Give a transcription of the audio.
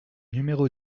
numéro